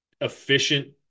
efficient